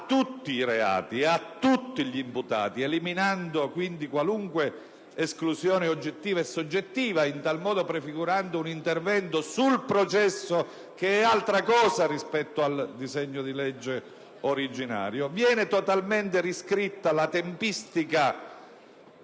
tutti i reati e a tutti gli imputati, eliminando qualunque esclusione oggettiva e soggettiva, in tal modo prefigurando un intervento sul processo che è altra cosa rispetto al disegno di legge originario. Viene totalmente riscritta la tempistica